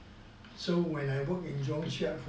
so when I work in jurong shipyard for